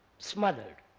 smothered